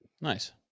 Nice